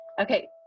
Okay